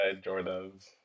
Jordan's